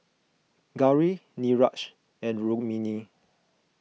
Gauri Niraj and Rukmini